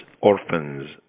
orphans